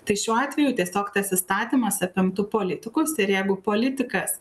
tai šiuo atveju tiesiog tas įstatymas apimtų politikus ir jeigu politikas